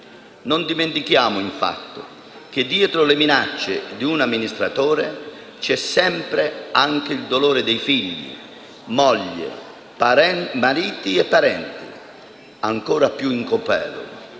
Non dimentichiamo infatti che dietro le minacce ad un amministratore c'è sempre anche il dolore di figli, mogli, mariti e parenti, ancora più incolpevoli.